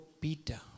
Peter